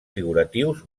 figuratius